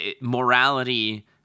morality